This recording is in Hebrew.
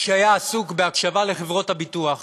שהיה עסוק בהקשבה לחברות הביטוח